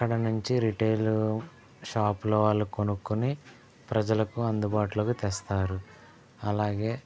అక్కడనుంచి రిటైల్ షాప్లో వాళ్ళు కొనుక్కొని ప్రజలకు అందుబాటులోకి తెస్తారు అలాగే